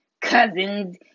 cousins